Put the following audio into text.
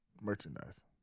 merchandise